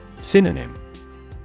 Synonym